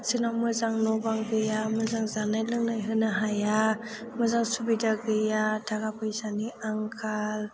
जोंनाव मोजां न' बां गैया मोजां जानाय लोंनाय होनो हाया मोजां सुबिदा गैया थाखा फैसानि आंखाल